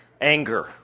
anger